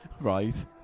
Right